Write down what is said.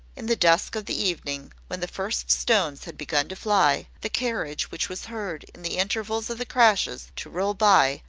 in the dusk of the evening, when the first stones had begun to fly, the carriage which was heard, in the intervals of the crashes, to roll by,